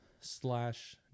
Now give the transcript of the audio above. slash